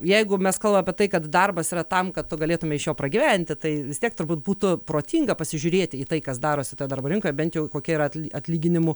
jeigu mes kalbam apie tai kad darbas yra tam kad tu galėtumei iš jo pragyventi tai vis tiek turbūt būtų protinga pasižiūrėti į tai kas darosi toj darbo rinkoj bent jau kokie yra atlyginimų